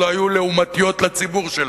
הן לא היו לעומתיות לציבור שלהן,